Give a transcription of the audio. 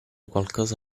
qualcosa